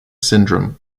syndrome